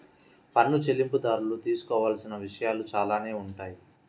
పన్ను చెల్లింపుదారులు తెలుసుకోవాల్సిన విషయాలు చాలానే ఉంటాయి